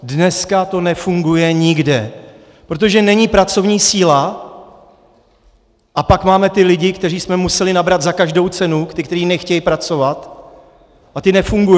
Dneska to nefunguje nikde, protože není pracovní síla, a pak máme ty lidi, které jsme museli nabrat za každou cenu, ty, kteří nechtějí pracovat, a ti nefungují.